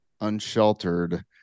unsheltered